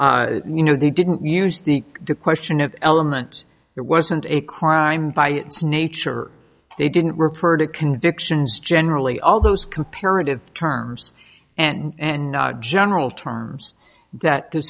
you know they didn't use the question of element it wasn't a crime by its nature they didn't refer to convictions generally all those comparative terms and general terms that the